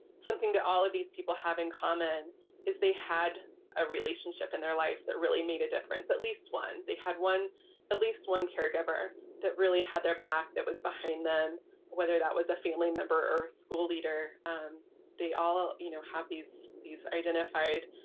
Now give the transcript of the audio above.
something that all of these people have in common is they had a relationship in their life that really made a difference at least one. they had won at least one caregiver that really had their back that was and then whether that was a family member or school leader um they all you know have these these identified